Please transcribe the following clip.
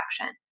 action